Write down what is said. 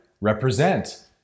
represent